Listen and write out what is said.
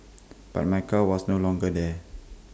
but my car was no longer there